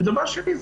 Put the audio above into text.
ודבר שני,